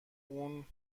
اون